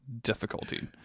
difficulty